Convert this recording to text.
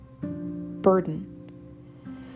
burden